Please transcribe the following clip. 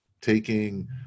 taking